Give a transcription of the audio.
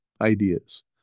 ideas